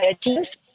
teams